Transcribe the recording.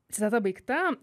citata baigta